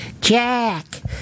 Jack